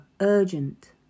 urgent